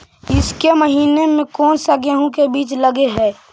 ईसके महीने मे कोन सा गेहूं के बीज लगे है?